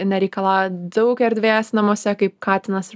nereikalauja daug erdvės namuose kaip katinas ir